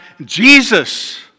Jesus